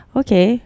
okay